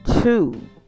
two